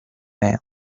ham